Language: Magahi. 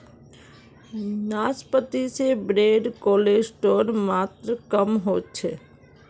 नाश्पाती से बैड कोलेस्ट्रोल मात्र कम होचे